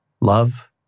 love